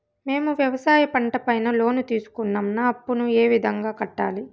మేము వ్యవసాయ పంట పైన లోను తీసుకున్నాం నా అప్పును ఏ విధంగా కట్టాలి